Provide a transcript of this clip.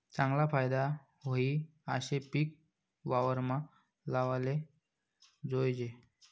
चागला फायदा व्हयी आशे पिक वावरमा लावाले जोयजे